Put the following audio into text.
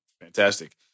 Fantastic